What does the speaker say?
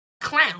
Clown